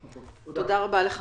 תודה רבה לך.